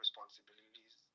Responsibilities